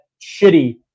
shitty